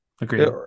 Agreed